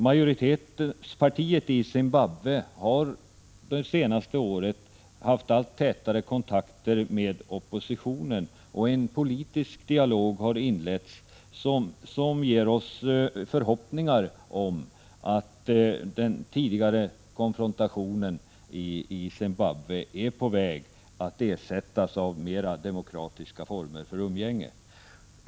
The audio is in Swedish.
Majoritetspartiet i Zimbabwe har det senaste året haft allt tätare kontakter med oppositionen, och en politisk dialog har inletts som ger oss förhoppningar om att den tidigare konfrontationen i Zimbabwe är på väg att ersättas av mera demokratiska former för umgänge.